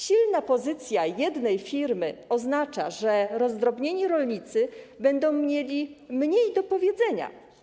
Silna pozycja jednej firmy oznacza, że rozdrobnieni rolnicy będą mieli mniej do powiedzenia.